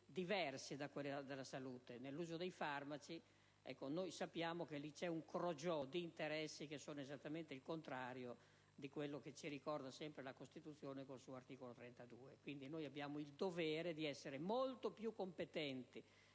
diversi da quelli della salute, dei farmaci, notiamo che c'è un crogiolo di interessi che sono esattamente il contrario di quello che ci ricorda sempre la Costituzione con il suo articolo 32. Abbiamo quindi il dovere di essere molto più competenti